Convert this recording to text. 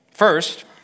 First